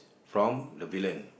from the villain